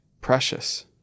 precious